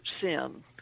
sin